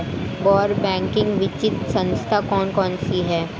गैर बैंकिंग वित्तीय संस्था कौन कौन सी हैं?